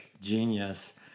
genius